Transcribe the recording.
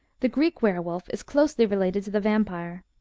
the greek were-wolf is closely related to the vampire.